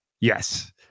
Yes